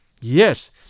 Yes